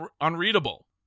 unreadable